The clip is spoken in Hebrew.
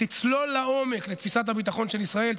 ותצלול לעומק בתפיסת הביטחון של ישראל,